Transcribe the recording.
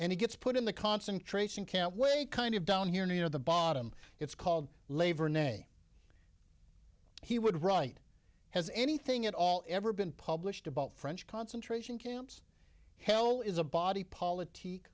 and he gets put in the concentration camp way kind of down here near the bottom it's called laver nay he would write has anything at all ever been published about french concentration camps hell is a body politic